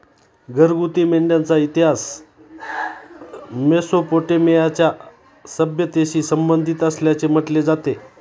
घरगुती मेंढ्यांचा इतिहास मेसोपोटेमियाच्या सभ्यतेशी संबंधित असल्याचे म्हटले जाते